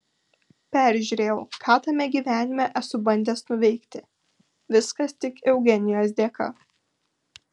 peržiūrėjau ką tame gyvenime esu bandęs nuveikti viskas tik eugenijos dėka